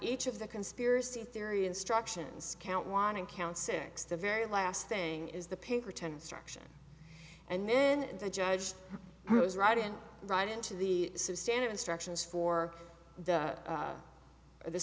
each of the conspiracy theory instructions count wanting count six the very last thing is the pinkerton instruction and then the judge is right in right into the substandard instructions for the